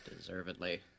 Deservedly